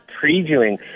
previewing